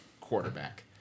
quarterback